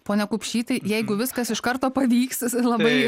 pone kupšy tai jeigu viskas iš karto pavyks s labai